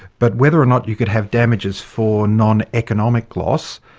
but whether or not you could have damages for non-economic loss,